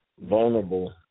vulnerable